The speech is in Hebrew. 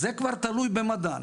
זה כבר תלוי במדען.